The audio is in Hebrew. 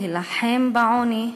להילחם בעוני?